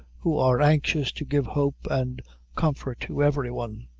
who are anxious to give hope and comfort to every one.